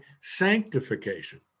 sanctification